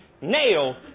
nail